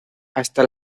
hasta